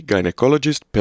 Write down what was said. Gynecologist